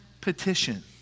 petition